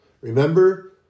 Remember